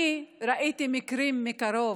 אני ראיתי מקרים מקרוב,